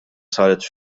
saret